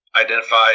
identify